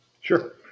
Sure